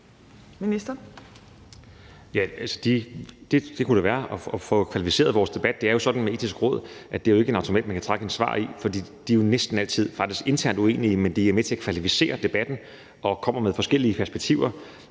Det kunne det være, altså at få kvalificeret vores debat. Det er sådan med Det Etiske Råd, at det jo ikke er en automat, man kan trække et svar i, for de er faktisk næsten altid internt uenige, men de er med til at kvalificere debatten og kommer med forskellige perspektiver,